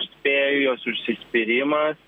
spėju jos užsispyrimas